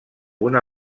una